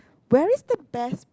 where is the best